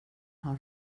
har